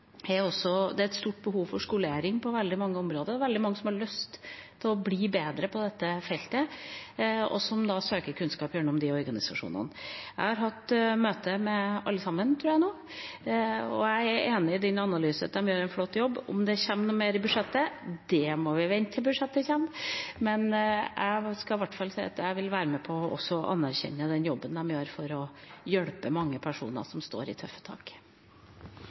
har tøffe tak. Det er et stort behov for skolering på veldig mange områder – det er veldig mange som har lyst til å bli bedre på dette feltet, og som søker kunnskap gjennom disse organisasjonene. Jeg har hatt møte med alle sammen nå, tror jeg, og jeg er enig i representantens analyse om at de gjør en flott jobb. Om det kommer noe mer i budsjettet, må vi vente med til budsjettet kommer. Men jeg vil være med på å anerkjenne den jobben de gjør for å hjelpe mange personer som har tøffe tak.